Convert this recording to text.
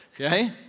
Okay